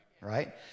right